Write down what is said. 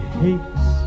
hates